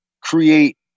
create